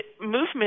movement